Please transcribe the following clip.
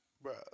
Bro